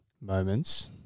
moments